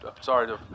Sorry